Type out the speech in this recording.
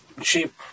cheap